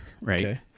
right